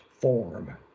form